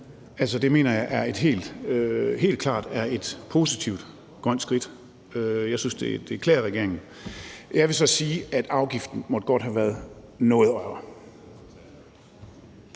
Det mener jeg helt klart er et positivt grønt skridt. Jeg synes, det klæder regeringen. Jeg vil så sige, at afgiften godt måtte have været noget højere.